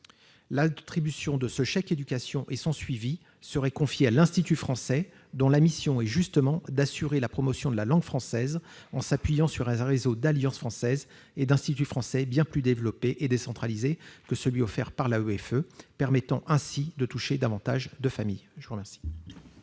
L'attribution de ce chèque éducation et son suivi seraient confiés à l'Institut français, dont la mission est justement d'assurer la promotion de la langue française en s'appuyant sur un réseau d'alliances françaises et d'instituts français bien plus développé et décentralisé que celui de l'AEFE, et qui permet donc de toucher davantage de familles. Quel